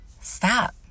Stop